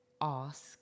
ask